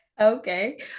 Okay